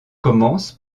commence